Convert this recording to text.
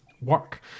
work